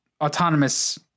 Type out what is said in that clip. autonomous